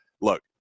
look